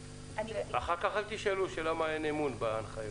אחר כך אל תשאלו למה אין אמון בהנחיות.